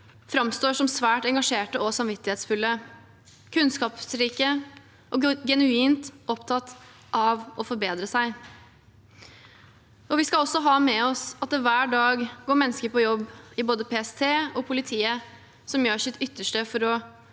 framstår som svært engasjerte, samvittighetsfulle, kunnskapsrike og genuint opptatt av å forbedre seg. Vi skal også ha med oss at det hver dag går mennesker på jobb i både PST og politiet som gjør sitt ytterste for å